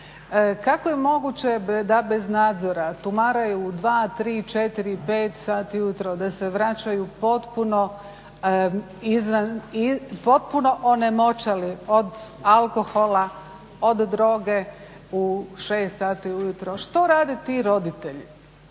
kako je moguće da bez nadzora tumaraju u 2, 3, 4, 5 sati ujutro, da se vraćaju potpuno onemoćali od alkohola, od droge u 6 sati ujutro? Što rade ti roditelji?